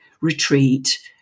retreat